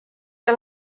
que